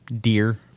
Deer